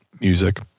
music